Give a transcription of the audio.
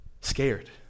scared